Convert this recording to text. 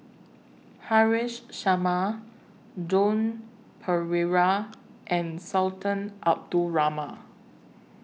Haresh Sharma Joan Pereira and Sultan Abdul Rahman